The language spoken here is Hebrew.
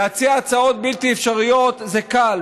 להציע הצעות בלתי אפשריות זה קל,